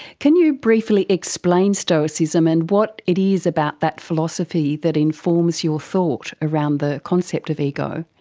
can you briefly explain stoicism and what it is about that philosophy that informs your thought around the concept of ego?